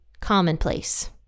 commonplace